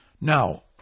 Now